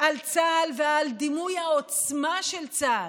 על צה"ל ועל דימוי העוצמה של צה"ל,